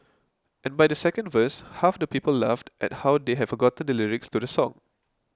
and by the second verse half the people laughed at how they have forgotten the lyrics to the song